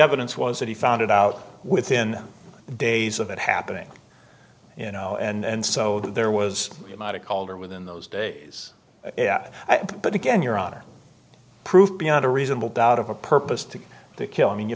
evidence was that he found it out within days of it happening you know and so there was a lot of color within those days but again your honor proved beyond a reasonable doubt of a purpose to kill i mean you